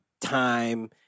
time